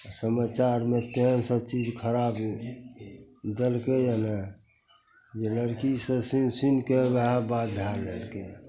समाचारमे तेहन सब चीज खराब देलकै यऽ ने जे लड़कीसभ सुनि सुनिके वएह बात धै लेलकै यऽ